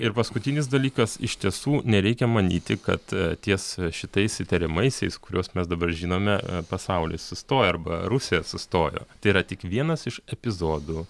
ir paskutinis dalykas iš tiesų nereikia manyti kad ties šitais įtariamaisiais kuriuos mes dabar žinome pasaulis sustoja arba rusija sustojo tai yra tik vienas iš epizodų